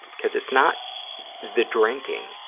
because it's not the drinking.